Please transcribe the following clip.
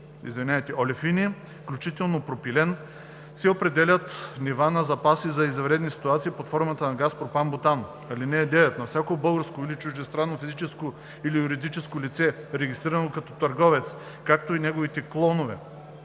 етан и олефини (включително пропилей), се определят нива на запаси за извънредни ситуации под формата на газ пропан-бутан. (9) На всяко българско или чуждестранно физическо или юридическо лице, регистрирано като търговец, както и неговите клонове,